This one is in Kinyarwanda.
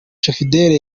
fidele